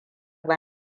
ba